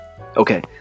Okay